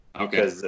Okay